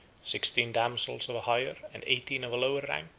sixteen damsels of a higher, and eighteen of a lower rank,